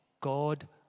God